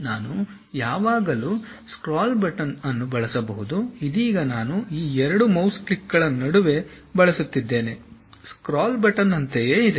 ನಾನು ಯಾವಾಗಲೂ scroll button ಅನ್ನು ಬಳಸಬಹುದು ಇದೀಗ ನಾನು ಈ 2 ಮೌಸ್ ಕ್ಲಿಕ್ಗಳ ನಡುವೆ ಬಳಸುತ್ತಿದ್ದೇನೆ ಸ್ಕ್ರಾಲ್ ಬಟನ್ನಂತೆಯೇ ಇದೆ